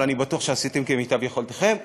אבל אני בטוח שעשיתם את מיטב יכולתכם.